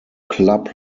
club